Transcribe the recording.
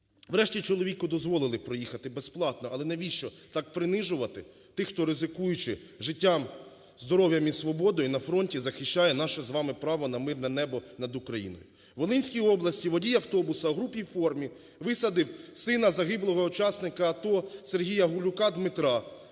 Врешті чоловіку дозволили проїхати безплатно, але навіщо так принижувати тих, хто, ризикуючи життям, здоров'ям і свободою, на фронті захищає наше з вами право на мирне небо над Україною? В Волинській області водій автобусу в грубій формі висадив сина загиблого учасника АТО Сергія Гулюка Дмитра.